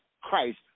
Christ